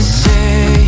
say